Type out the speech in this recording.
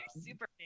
Super